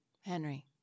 Henry